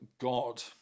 God